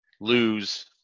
lose